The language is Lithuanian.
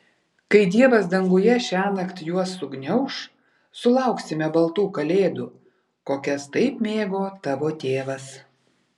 kai dievas danguje šiąnakt juos sugniauš sulauksime baltų kalėdų kokias taip mėgo tavo tėvas